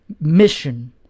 mission